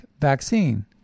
vaccine